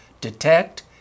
detect